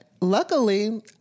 luckily